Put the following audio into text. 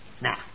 Now